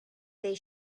they